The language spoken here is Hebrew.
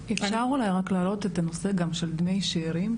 אפשר אולי רק להעלות את הנושא, של בני שארים?